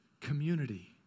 community